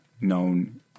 known